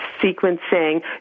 sequencing